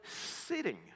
sitting